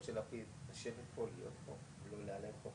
לגבי הדברים.